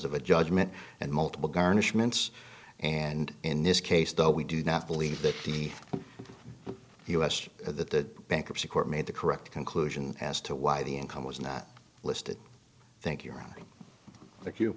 of a judgment and multiple garnishments and in this case though we do not believe that the us the bankruptcy court made the correct conclusion as to why the income was not listed think you